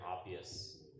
obvious